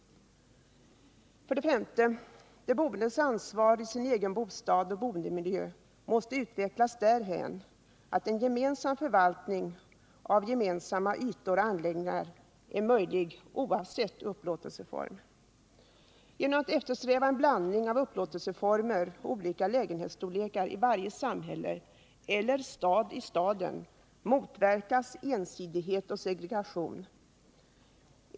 För det femte måste de boendes ansvar för sin egen bostad och boendemiljö utvecklas därhän att en gemensam förvaltning av gemensamma ytor och anläggningar är möjlig oavsett upplåtelseform. Genom att eftersträva en blandning av upplåtelseformer och olika lägenhetsstorlekar i varje samhälle eller stad i staden motverkas ensidighet och segregation.